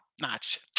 notch